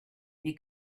you